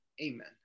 Amen